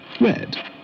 red